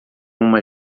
uma